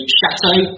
chateau